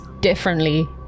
differently